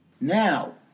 Now